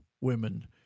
women